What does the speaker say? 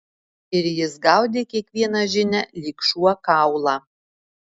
ir jis gaudė kiekvieną žinią lyg šuo kaulą